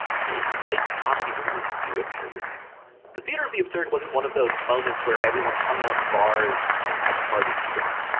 maybe light comedy doesn't really do it for you anymore. the theater of the absurd wasn't one of those moments where everyone hung out in bars and had parties together.